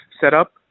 setup